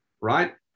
right